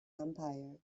empire